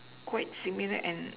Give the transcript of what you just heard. quite similar and